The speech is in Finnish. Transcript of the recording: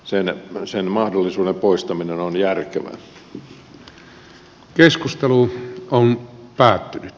sen mahdollisuuden poistaminen on päättynyt